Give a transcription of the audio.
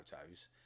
photos